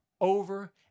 over